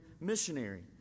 missionary